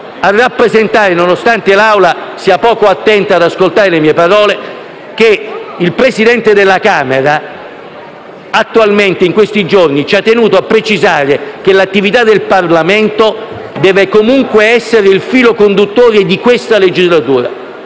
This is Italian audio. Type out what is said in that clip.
a rappresentare, nonostante l'Assemblea sia poco attenta ad ascoltare le mie parole, che il Presidente della Camera in questi giorni ha tenuto a precisare che l'attività del Parlamento deve comunque essere il filo conduttore di questa legislatura: